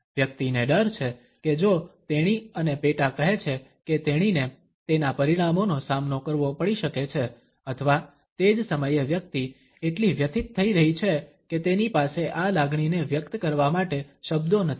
વ્યક્તિને ડર છે કે જો તેણી અને પેટા કહે છે કે તેણીને તેના પરિણામોનો સામનો કરવો પડી શકે છે અથવા તે જ સમયે વ્યક્તિ એટલી વ્યથિત થઈ રહી છે કે તેની પાસે આ લાગણીને વ્યક્ત કરવા માટે શબ્દો નથી